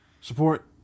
support